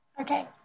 Okay